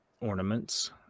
ornaments